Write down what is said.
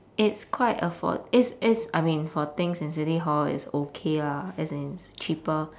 it's quite afford~ it's it's I mean for things in city hall it's okay lah as in it's cheaper